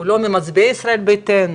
הוא לא ממצביעי ישראל ביתנו,